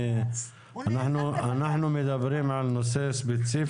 אנחנו מדברים על נושא ספציפי.